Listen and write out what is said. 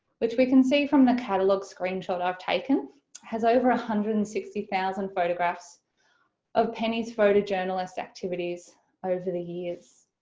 which we can see from the catalogue screenshot i've taken has over a hundred and sixty thousand photographs of penny's photojournalist activities over the years.